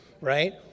right